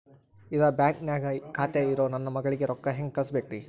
ಇದ ಬ್ಯಾಂಕ್ ನ್ಯಾಗ್ ಖಾತೆ ಇರೋ ನನ್ನ ಮಗಳಿಗೆ ರೊಕ್ಕ ಹೆಂಗ್ ಕಳಸಬೇಕ್ರಿ?